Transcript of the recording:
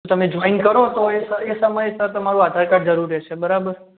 જો તમે જોઈન કરો તોય સર એ સમયે સર તમારું આધાર કાર્ડ જરૂર રહેશે બરાબર